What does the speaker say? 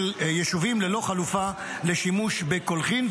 יישובים ללא חלופה לשימוש בקולחין,